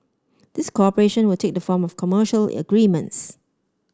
this cooperation will take the form of commercial agreements